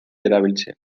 erabiltzen